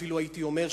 אפילו הייתי אומר,